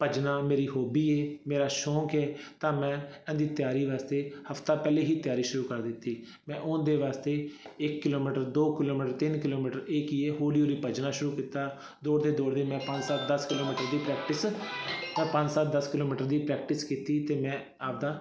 ਭੱਜਣਾ ਮੇਰੀ ਹੋਬੀ ਹੈ ਮੇਰਾ ਸ਼ੌਂਕ ਹੈ ਤਾਂ ਮੈਂ ਇਹਦੀ ਤਿਆਰੀ ਵਾਸਤੇ ਹਫ਼ਤਾ ਪਹਿਲੇ ਹੀ ਤਿਆਰੀ ਸ਼ੁਰੂ ਕਰ ਦਿੱਤੀ ਮੈਂ ਉਹਦੇ ਵਾਸਤੇ ਇੱਕ ਕਿਲੋਮੀਟਰ ਦੋ ਕਿਲੋਮੀਟਰ ਤਿੰਨ ਕਿਲੋਮੀਟਰ ਇਹ ਕੀ ਹੈ ਹੌਲੀ ਭੱਜਣਾ ਸ਼ੁਰੂ ਕੀਤਾ ਦੌੜਦੇ ਦੌੜਦੇ ਮੈਂ ਪੰਜ ਸੱਤ ਦਸ ਕਿਲੋਮੀਟਰ ਦੀ ਪ੍ਰੈਕਟਿਸ ਤਾਂ ਪੰਜ ਸੱਤ ਦਸ ਕਿਲੋਮੀਟਰ ਦੀ ਪ੍ਰੈਕਟਿਸ ਕੀਤੀ ਅਤੇ ਮੈਂ ਆਪਣਾ